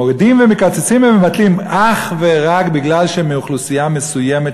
מורידים ומקצצים ומבטלים אך ורק כי הם מאוכלוסייה מסוימת,